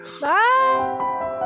Bye